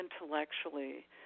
intellectually